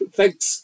Thanks